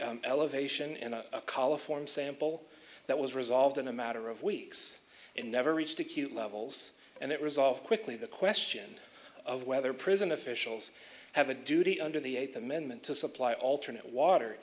collar form sample that was resolved in a matter of weeks and never reached acute levels and it resolved quickly the question of whether prison officials have a duty under the eighth amendment to supply alternate water